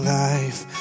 life